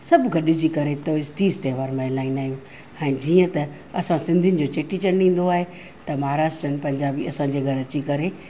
सभु गॾिजी करे तोईस तीज त्योहारु मल्हाईंदा आहियूं हाणे जीअं त असां सिंधियुनि जो चेटीचंडु ईंदो आहे त महाराष्ट्रियनि पंजाबी असां जे घरु अची करे